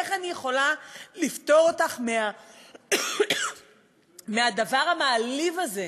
איך אני יכולה לפטור אותך מהדבר המעליב הזה,